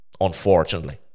Unfortunately